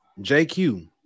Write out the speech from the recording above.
JQ